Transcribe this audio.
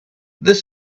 this